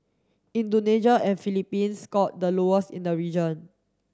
Indonesia and Philippines scored the lowest in the region